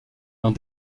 dans